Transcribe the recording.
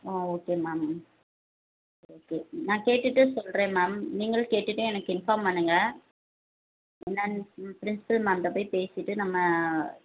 ஆ okay ma'am okay நான் கேட்டுவிட்டு சொல்கிறேன் மேம் நீங்களும் கேட்டுவிட்டு எனக்கு இன்ஃபார்ம் பண்ணுங்கள் என்னென்னு ப்ரின்ஸ்பல் மேம்ட்ட போய் பேசிவிட்டு நம்ம